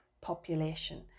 population